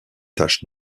taches